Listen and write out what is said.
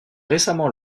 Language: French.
récemment